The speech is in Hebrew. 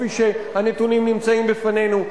כפי שמראים הנתונים הנמצאים בפנינו.